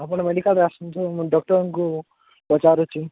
ଆପଣ ମେଡ଼ିକାଲ୍ରେ ଆସନ୍ତୁ ମୁଁ ଡକ୍ଟର୍ଙ୍କୁ ପଚାରୁଛି